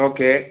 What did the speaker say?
okay